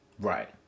Right